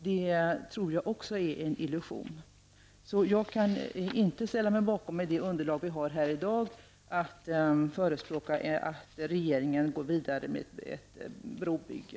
Med det underlag vi har i dag kan jag inte ställa mig bakom och förespråka att regeringen skall gå vidare med ett brobygge.